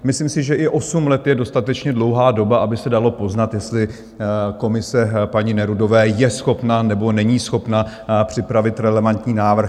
Myslím si, že i osm let je dostatečně dlouhá doba, aby se dalo poznat, jestli komise paní Nerudové je schopna nebo není schopna připravit relevantní návrh.